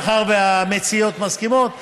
מאחר שהמציעות מסכימות,